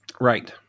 Right